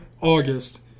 August